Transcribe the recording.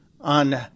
on